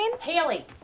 Haley